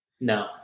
No